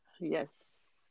Yes